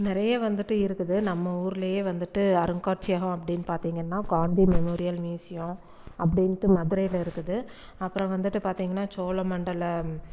நிறைய வந்துட்டு இருக்குது நம்ம ஊர்லயே வந்துட்டு அருங்காட்சியகம் அப்படின்னு பார்த்தீங்கன்னா காந்தி மெமோரியல் ம்யூசியம் அப்படின்ட்டு மதுரையில் இருக்குது அப்புறம் வந்துட்டு பார்த்தீங்கன்னா சோழமண்டலம்